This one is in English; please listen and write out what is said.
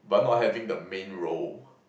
but not having the main role